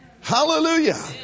Hallelujah